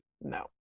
No